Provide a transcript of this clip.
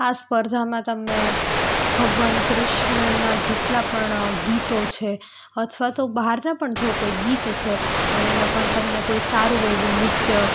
આ સ્પર્ધામાં તમે ભગવાન કૃષ્ણના જેટલાં પણ ગીતો છે અથવા તો બહારના પણ જો કોઈ ગીત છે અને પણ તમને કોઈ સારું એવું નૃત્ય